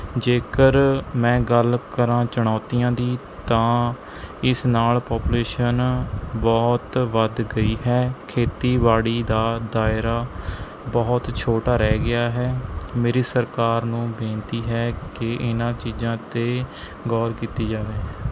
ਜੇਕਰ ਮੈਂ ਗੱਲ ਕਰਾਂ ਚੁਣੌਤੀਆਂ ਦੀ ਤਾਂ ਇਸ ਨਾਲ਼ ਪੋਪੂਲੇਸ਼ਨ ਬਹੁਤ ਵੱਧ ਗਈ ਹੈ ਖੇਤੀਬਾੜੀ ਦਾ ਦਾਇਰਾ ਬਹੁਤ ਛੋਟਾ ਰਹਿ ਗਿਆ ਹੈ ਮੇਰੀ ਸਰਕਾਰ ਨੂੰ ਬੇਨਤੀ ਹੈ ਕਿ ਇਨ੍ਹਾਂ ਚੀਜ਼ਾਂ 'ਤੇ ਗੌਰ ਕੀਤੀ ਜਾਵੇ